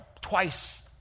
twice